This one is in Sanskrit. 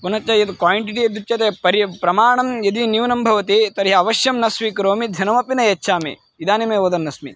पुनश्च यद् क्वाण्टिटि यद् उच्यते परि प्रमाणं यदि न्यूनं भवति तर्हि अवश्यं न स्वीकरोमि धनमपि न यच्छामि इदानीमेव वदन्नस्मि